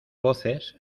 voces